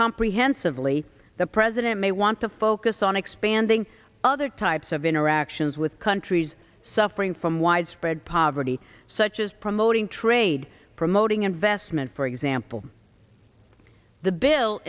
comprehensive lee the president may want to focus on expanding other types of interactions with countries suffering from widespread poverty such as promoting trade promoting investment for example the bill